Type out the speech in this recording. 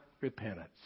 repentance